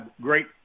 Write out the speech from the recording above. great